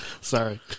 Sorry